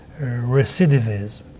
Recidivism